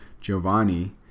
Giovanni